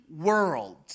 world